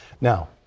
now